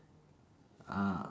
uh